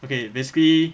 okay basically